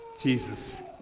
Jesus